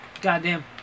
Goddamn